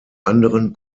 anderen